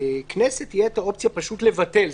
ולכנסת תהיה את האופציה פשוט לבטל.